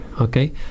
Okay